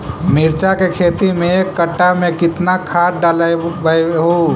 मिरचा के खेती मे एक कटा मे कितना खाद ढालबय हू?